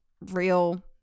real